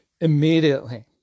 Immediately